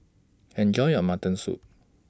Enjoy your Mutton Soup